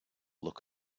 look